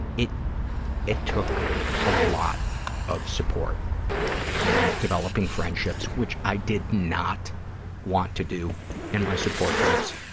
it it took a lot of support and developing friendships, which i did not want to do in my support groups,